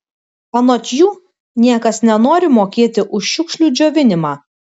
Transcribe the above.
anot jų niekas nenori mokėti už šiukšlių džiovinimą